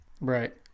right